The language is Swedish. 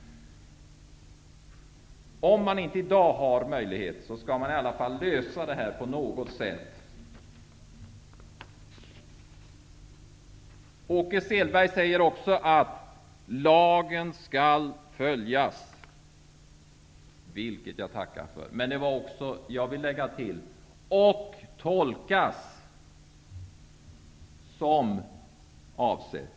Om man inte i dag har möjlighet, skall man i varje fall lösa detta på något sätt. Åke Selberg säger också att ''lagen skall följas'', vilket jag tackar för. Men jag vill lägga till ''och tolkas som avsett''.